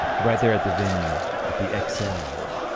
right there at the venue, at the excel.